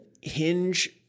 hinge